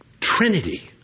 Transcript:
Trinity